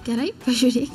gerai pažiūrėk